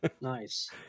Nice